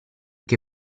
che